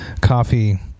coffee